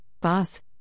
boss